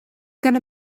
gonna